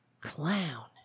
Clown